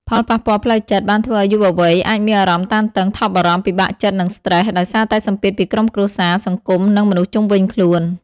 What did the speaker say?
ផលប៉ះពាល់ផ្លូវចិត្ត បានធ្វើអោយយុវវ័យអាចមានអារម្មណ៍តានតឹង ថប់បារម្ភ ពិបាកចិត្ត និងស្ត្រេស ដោយសារតែសម្ពាធពីក្រុមគ្រួសារ សង្គម នឹងមនុស្សជុំវិញខ្លួន ។